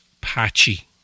patchy